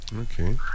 Okay